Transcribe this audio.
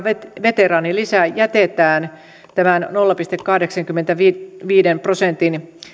veteraanilisä jätetään tämän nolla pilkku kahdeksankymmenenviiden prosentin